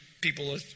people